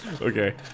Okay